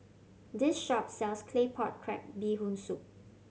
this shop sells Claypot Crab Bee Hoon Soup